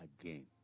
again